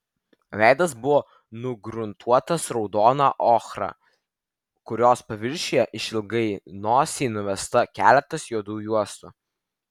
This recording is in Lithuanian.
veidas buvo nugruntuotas raudona ochra kurios paviršiuje išilgai nosį nuvesta keletas juodų juostų